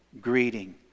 greeting